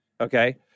okay